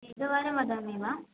एकवारं वदामि वा